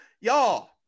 y'all